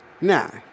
Now